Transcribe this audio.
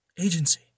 agency